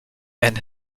and